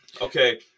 Okay